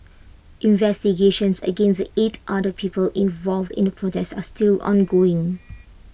investigations against the eight other people involved in the protest are still ongoing